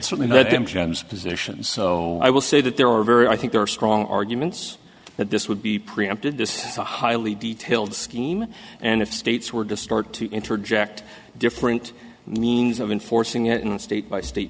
certainly let them gems positions so i will say that there are very i think there are strong arguments that this would be preempted this is a highly detailed scheme and if states were to start to interject different means of enforcing it in a state by state